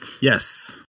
Yes